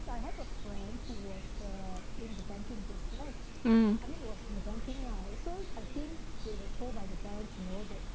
mm